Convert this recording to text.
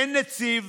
אין נציב